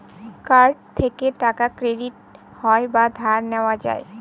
card থেকে টাকা credit হয় বা ধার নেওয়া হয়